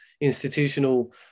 institutional